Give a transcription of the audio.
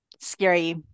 scary